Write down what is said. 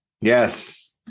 Yes